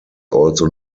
also